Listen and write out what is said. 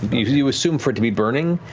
you assume for it to be burning,